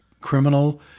criminal